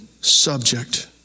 subject